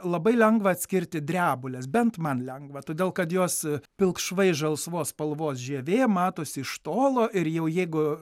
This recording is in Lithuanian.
labai lengva atskirti drebules bent man lengva todėl kad jos pilkšvai žalsvos spalvos žievė matosi iš tolo ir jau jeigu